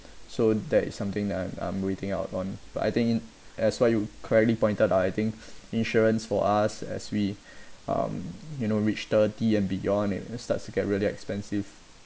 so that is something that I'm I'm waiting out on but I think that's why you correctly pointed out I think insurance for us as we um you know reach thirty and beyond it starts to get really expensive